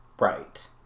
Right